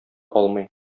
алмый